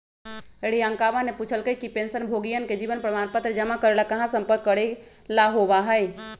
रियंकावा ने पूछल कई कि पेंशनभोगियन के जीवन प्रमाण पत्र जमा करे ला कहाँ संपर्क करे ला होबा हई?